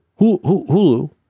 Hulu